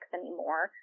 anymore